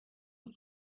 was